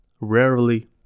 rarely